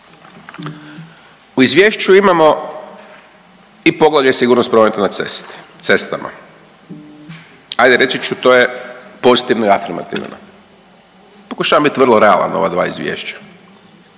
U izvješću imamo i poglavlje sigurnost prometa na cestama, ajde reći ću to je pozitivno i afirmativno. Pokušavam bit vrlo realan o ova dva izvješća,